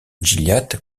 gilliatt